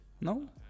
No